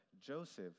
Joseph